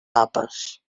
papes